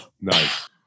nice